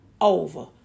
over